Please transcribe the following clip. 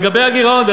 לגבי הגירעון,